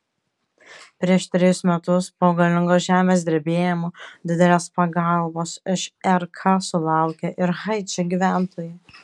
prieš trejus metus po galingo žemės drebėjimo didelės pagalbos iš rk sulaukė ir haičio gyventojai